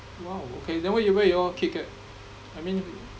!wow! okay then where you where you all kick at I mean